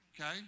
Okay